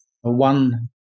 one